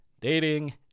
dating